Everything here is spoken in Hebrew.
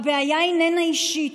הבעיה איננה אישית,